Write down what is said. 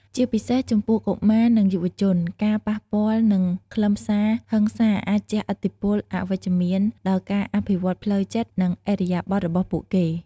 ជាពិសេស ចំពោះកុមារ និងយុវជន ការប៉ះពាល់នឹងខ្លឹមសារហិង្សាអាចជះឥទ្ធិពលអវិជ្ជមានដល់ការអភិវឌ្ឍផ្លូវចិត្ត និងឥរិយាបថរបស់ពួកគេ។